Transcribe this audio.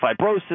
fibrosis